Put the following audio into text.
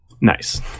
Nice